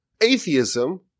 atheism